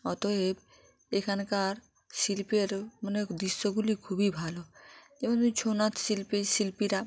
অতএব এখানকার শিল্পের অনেক দৃশ্যগুলি খুবই ভালো যেমন ধরুন ছৌ নাচ শিল্পের শিল্পীরা